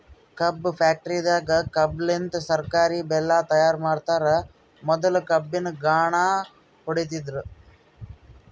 ಕಬ್ಬ್ ಫ್ಯಾಕ್ಟರಿದಾಗ್ ಕಬ್ಬಲಿನ್ತ್ ಸಕ್ಕರಿ ಬೆಲ್ಲಾ ತೈಯಾರ್ ಮಾಡ್ತರ್ ಮೊದ್ಲ ಕಬ್ಬಿನ್ ಘಾಣ ಹೊಡಿತಿದ್ರು